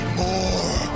more